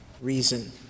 reason